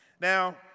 Now